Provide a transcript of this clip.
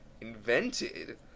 invented